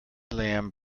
lamb